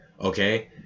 Okay